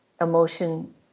emotion